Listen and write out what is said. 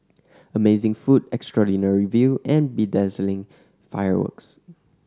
amazing food extraordinary view and bedazzling fireworks